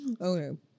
Okay